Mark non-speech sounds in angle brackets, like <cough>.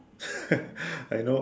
<laughs> I know